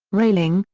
railing,